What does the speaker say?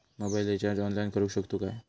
Mobile recharge online करुक शकतू काय?